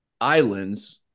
islands